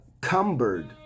cumbered